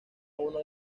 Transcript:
uno